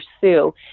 pursue